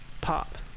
pop